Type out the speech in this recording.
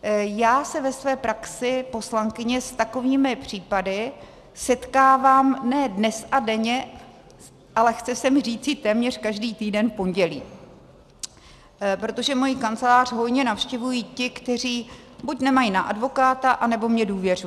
Já se ve své praxi poslankyně s takovými případy setkávám ne dnes a denně, ale chce se mi říci téměř každý týden v pondělí, protože moji kancelář hojně navštěvují ti, kteří buď nemají na advokáta, anebo mi důvěřují.